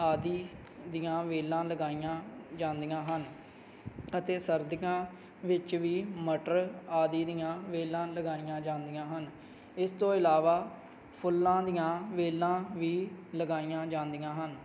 ਆਦਿ ਦੀਆਂ ਵੇਲਾਂ ਲਗਾਈਆਂ ਜਾਂਦੀਆਂ ਹਨ ਅਤੇ ਸਰਦੀਆਂ ਵਿੱਚ ਵੀ ਮਟਰ ਆਦਿ ਦੀਆਂ ਵੇਲਾਂ ਲਗਾਈਆਂ ਜਾਂਦੀਆਂ ਹਨ ਇਸ ਤੋਂ ਇਲਾਵਾ ਫੁੱਲਾਂ ਦੀਆਂ ਵੇਲਾਂ ਵੀ ਲਗਾਈਆਂ ਜਾਂਦੀਆਂ ਹਨ